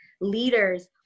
leaders